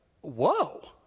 whoa